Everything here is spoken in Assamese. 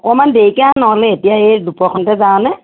অকণমান দেৰিকৈ আহ নহ'লে এতিয়া এই দুপৰখনতে যাৱনে